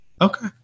okay